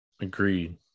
agreed